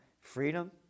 Freedom